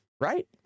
right